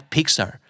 Pixar